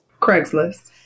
Craigslist